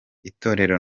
itorero